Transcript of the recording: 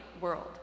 world